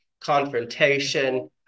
confrontation